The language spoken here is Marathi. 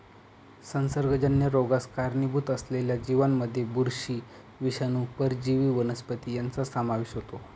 संसर्गजन्य रोगास कारणीभूत असलेल्या जीवांमध्ये बुरशी, विषाणू, परजीवी वनस्पती यांचा समावेश होतो